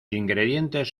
ingredientes